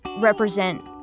represent